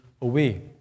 away